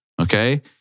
Okay